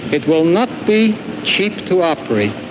it will not be cheap to operate.